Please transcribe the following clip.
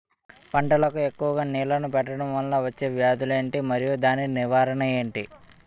పంటలకు ఎక్కువుగా నీళ్లను పెట్టడం వలన వచ్చే వ్యాధులు ఏంటి? మరియు దాని నివారణ ఏంటి?